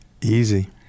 Easy